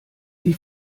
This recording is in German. die